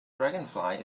dragonfly